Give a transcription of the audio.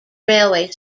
railway